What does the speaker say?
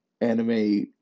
anime